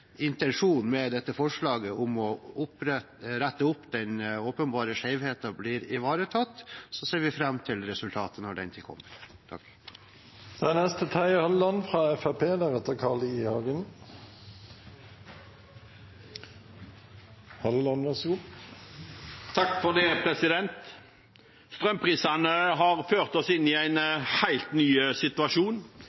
intensjonen med dette forslaget – å rette opp denne åpenbare skjevheten – blir ivaretatt. Vi ser fram til resultatet når den tid kommer. Strømprisene har ført oss inn i en